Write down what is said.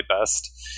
best